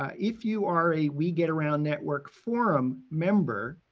ah if you are a we get around network forum member,